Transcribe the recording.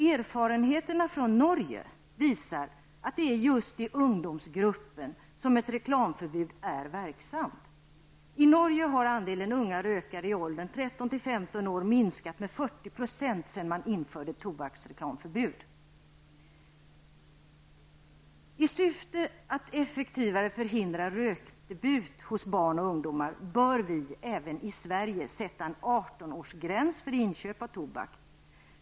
Erfarenheterna från Norge visar att det är just i ungdomsgruppen som ett reklamförbud är verksamt. I Norge har andelen unga rökare i åldern I syfte att effektivare förhindra en rökdebut hos barn och ungdomar bör vi även i Sverige sätta en 18-årsgräns för inköp av tobak.